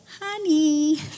honey